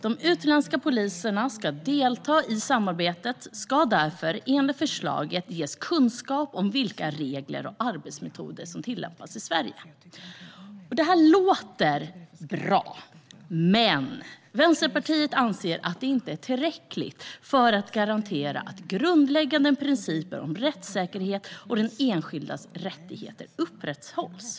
De utländska poliser som ska delta i samarbetet ska enligt förslaget därför ges kunskap om vilka regler och arbetsmetoder som tillämpas i Sverige. Detta låter bra, men Vänsterpartiet anser att det inte är tillräckligt för att garantera att grundläggande principer om rättssäkerhet och den enskildes rättigheter upprätthålls.